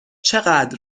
چقدر